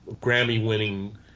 Grammy-winning